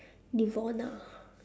devona